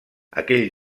aquell